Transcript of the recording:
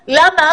למה?